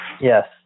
Yes